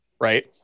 Right